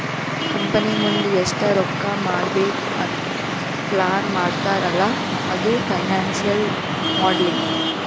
company ಮುಂದ್ ಎಷ್ಟ ರೊಕ್ಕಾ ಮಾಡ್ಬೇಕ್ ಅಂತ್ ಪ್ಲಾನ್ ಮಾಡ್ತಾರ್ ಅಲ್ಲಾ ಅದು ಫೈನಾನ್ಸಿಯಲ್ ಮೋಡಲಿಂಗ್